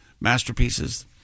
Masterpieces